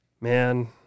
Man